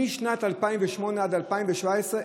משנת 2008 עד 2017,